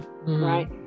right